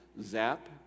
Zap